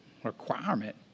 requirement